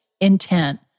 intent